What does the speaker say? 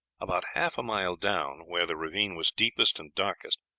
about half a mile down, where the ravine was deepest and darkest,